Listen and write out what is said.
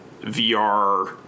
VR